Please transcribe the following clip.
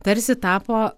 tarsi tapo